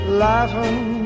laughing